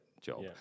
job